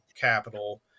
capital